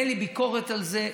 אין לי ביקורת על זה.